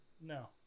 no